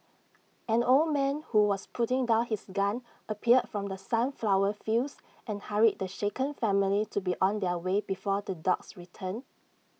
an old man who was putting down his gun appeared from the sunflower fields and hurried the shaken family to be on their way before the dogs return